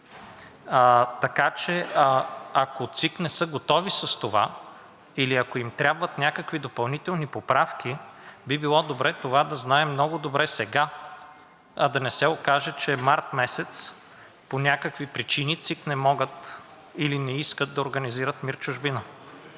Така че, ако ЦИК не са готови с това или ако им трябват някакви допълнителни поправки, би било добре това да знаем много добре сега, а да не се окаже, че март месец по някакви причини ЦИК не могат или не искат да организират МИР „Чужбина“.